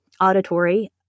Auditory